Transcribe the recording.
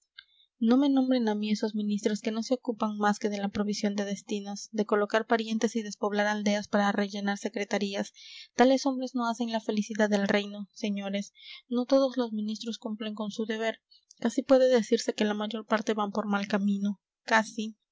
no me nombren a mí esos ministros que no se ocupan más que de la provisión de destinos de colocar parientes y despoblar aldeas para rellenar secretarías tales hombres no hacen la felicidad del reino señores no todos los ministros cumplen con su deber casi puede decirse que la mayor parte van por mal camino casi